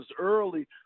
early